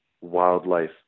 wildlife